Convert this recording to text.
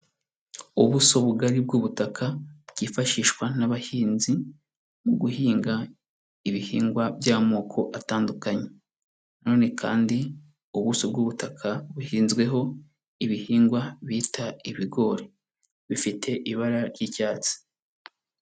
Ubuso bugari bw'ubutaka bwifashishwa n'abahinzi mu guhinga ibihingwa by'amoko atandukanye na none kandi ubuso bw'ubutaka buhinzweho ibihingwa bita ibigori, bifite ibara ry'icyatsi.